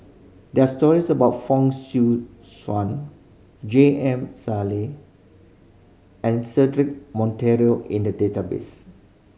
there are stories about Fong Swee Suan J M Sali and Cedric Monteiro in the database